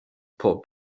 pob